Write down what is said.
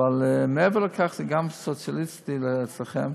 אבל מעבר לכך זה גם סוציאליסטי אצלכם,